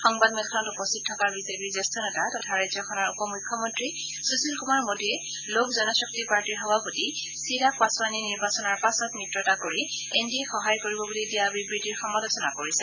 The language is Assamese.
সংবাদমেলখনত উপস্থিত থকা বিজেপিৰ জ্যেষ্ঠ নেতা তথা ৰাজ্যখনৰ উপ মুখ্যমন্ত্ৰী সুশীল কুমাৰ মোডীয়ে লোক জনশক্তি পাৰ্টীৰ সভাপতি চিৰাগ পাছোৱানে নিৰ্বাচনৰ পাছত মিত্ৰতা কৰি এন ডি এক সহায় কৰিব বুলি দিয়া বিবৃতিৰ সমালোচনা কৰিছে